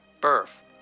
birth